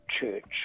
church